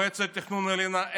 מועצת תכנון עליונה.